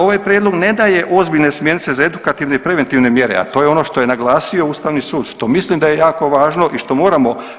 Ovaj prijedlog ne daje ozbiljne smjernice za edukativne i preventivne mjere, a to je ono što je naglasio Ustavni sud, što mislim da je jako važno i što moramo.